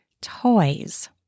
toys